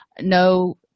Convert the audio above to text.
no